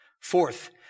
Fourth